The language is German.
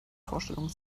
vorstellung